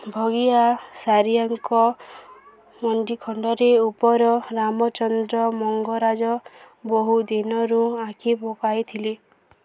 ଭଗିଆ ସାରିଆଙ୍କ ମଣ୍ଡି ଖଣ୍ଡରେ ଉପର ରାମଚନ୍ଦ୍ର ମଙ୍ଗରାଜ ବହୁ ଦିନରୁ ଆଖି ପକାଇଥିଲେ